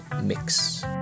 Mix